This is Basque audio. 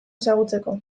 ezagutzeko